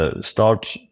start